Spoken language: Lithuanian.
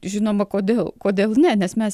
žinoma kodėl kodėl ne nes mes